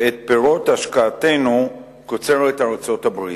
ואת פירות השקעתנו קוצרת ארצות-הברית,